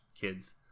Kids